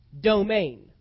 domain